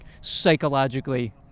psychologically